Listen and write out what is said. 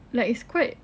like it's quite